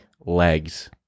legs